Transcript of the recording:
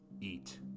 Eat